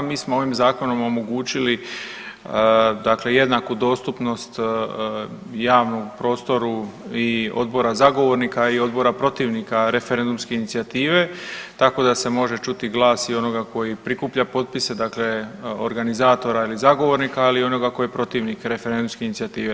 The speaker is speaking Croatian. Mi smo ovim Zakonom omogućili dakle jednaku dostupnost javnom prostoru i odbora zagovornika i odbora protivnika referendumske inicijative, tako da se može čuti glas i onoga koji prikuplja potpise, dakle, organizatora ili zagovornika, ali i onoga tko je protivnik referendumske inicijative.